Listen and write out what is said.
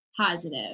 positive